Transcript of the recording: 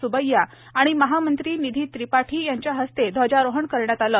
स्बैया आणि महामंत्री निधी त्रिपाठी यांच्या हस्ते ध्वजारोहण करण्यात आले